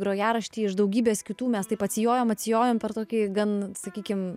grojarašty iš daugybės kitų mes taip atsijojom atsijojom per tokį gan sakykim